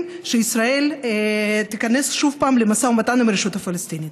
שישראל תיכנס שוב למשא ומתן עם הרשות הפלסטינית.